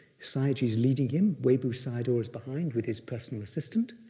sayagyi is leading him, webu sayadaw is behind with his personal assistant,